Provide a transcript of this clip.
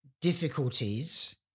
difficulties